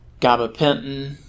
gabapentin